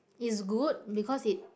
is good because it